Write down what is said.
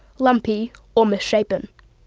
lumpy, or misshapen.